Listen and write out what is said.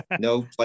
no